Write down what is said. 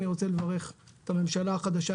אני רוצה לברך את הממשלה החדשה,